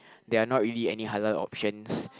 there are not really any halal options